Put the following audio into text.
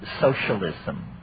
socialism